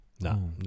no